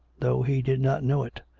though he did not know it,